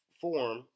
form